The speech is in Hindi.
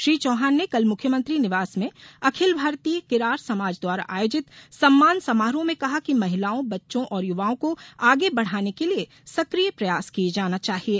श्री चौहान ने कल मुख्यमंत्री निवास में अखिल भारतीय किरार समाज द्वारा आयोजित सम्मान समारोह में कहा कि महिलाओं बच्चों और युवाओं को आगे बढ़ाने के लिये सक्रिय प्रयास किये जाना चाहिये